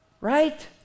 Right